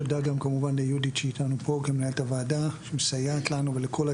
כי אחרת אנחנו אולי נגדל, אבל לא נעשה את זה כמו